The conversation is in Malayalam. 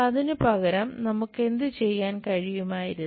അതിനുപകരം നമുക്ക് എന്തുചെയ്യാൻ കഴിയുമായിരുന്നു